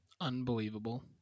Unbelievable